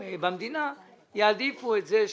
יהודה, אנחנו הסכמנו שמצב כזה הוא אפשרי.